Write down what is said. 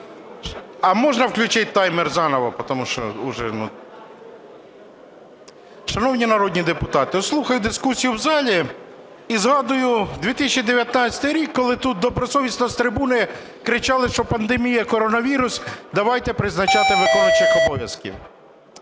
А можна включити таймер заново, тому що… Шановні народні депутати, слухаю дискусію в залі і згадую 2019 рік, коли тут добросовісно з трибуни кричали, що пандемія, коронавірус, давайте призначати виконуючих обов'язки.